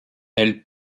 elle